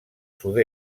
sud